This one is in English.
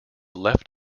left